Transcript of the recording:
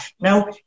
Now